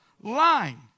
Lying